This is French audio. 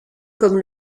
comme